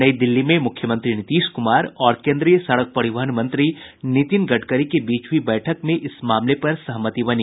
नई दिल्ली में मुख्यमंत्री नीतीश कुमार और केन्द्रीय सड़क परिवहन मंत्री नितिन गडकरी के बीच हुई बैठक में इस मामले पर सहमति बनी